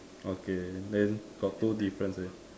okay then got two difference